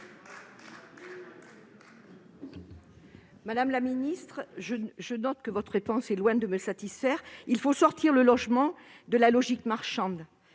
Madame la ministre, votre réponse est loin de me satisfaire. Il faut sortir le logement de la logique marchande.